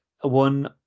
One